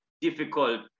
difficult